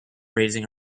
raising